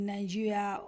Nigeria